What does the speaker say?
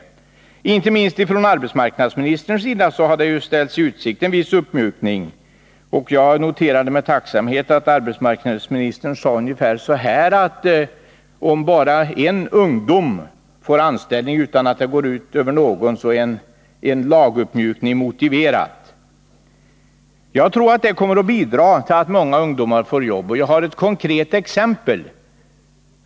Det har, inte minst från arbetsmarknadsministerns sida, ställts i utsikt en viss uppmjukning. Och jag noterade med tacksamhet att arbetsmarknadsministern sade ungefär följande: Om bara en ungdom får anställning utan att det går ut över någon annan, är en laguppmjukning motiverad. Jag tror att en sådan uppmjukning skulle kunna bidra till att många ungdomar får jobb, och jag kan ge ett konkret exempel.